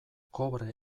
kobre